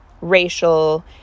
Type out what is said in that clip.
racial